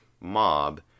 mob